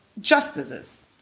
justices